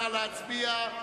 נא להצביע.